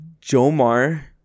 jomar